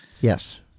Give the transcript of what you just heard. Yes